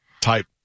type